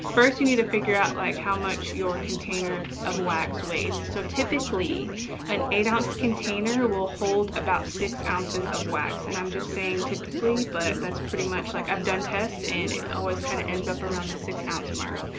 first, you need to figure out like how much your container of wax weighs. so typically an eight ounce container will hold about six ounces of wax. and i'm just saying typically, but that's pretty much like i've done tests and it always kind of ends up around the six ounce mark.